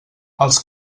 els